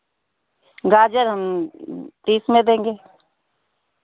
गाजर हम तीस में देंगे